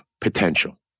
potential